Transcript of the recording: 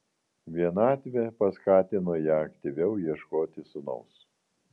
vienatvė paskatino ją aktyviau ieškoti sūnaus